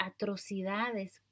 atrocidades